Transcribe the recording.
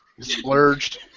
Splurged